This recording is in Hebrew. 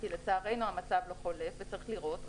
כי לצערנו המצב לא חולף וצריך לראות,